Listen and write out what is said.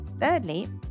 Thirdly